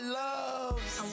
loves